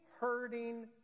hurting